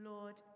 Lord